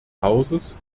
hauses